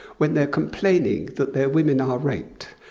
when they're complaining that their women are raped,